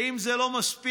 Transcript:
ואם זה לא מספיק,